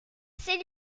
c’est